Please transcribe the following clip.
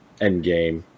Endgame